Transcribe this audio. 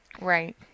Right